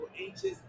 anxious